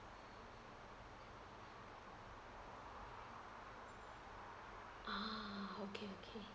ah okay okay